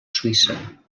suïssa